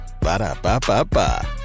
Ba-da-ba-ba-ba